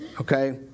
Okay